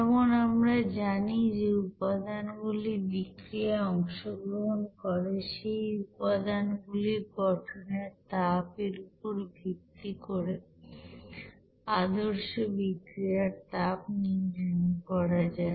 যেমন আমরা জানি যে উপাদান গুলি বিক্রিয়ায় অংশগ্রহণ করে সেই উপাদানগুলির গঠনের তাপ এর উপর ভিত্তি করে আদর্শ বিক্রিয়ার তাপ নির্ণয় করা যায়